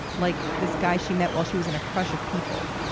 like this guy she met while she was in a crush of people.